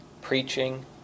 Preaching